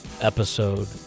episode